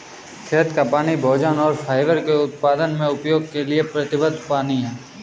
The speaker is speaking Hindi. खेत का पानी भोजन और फाइबर के उत्पादन में उपयोग के लिए प्रतिबद्ध पानी है